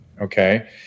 okay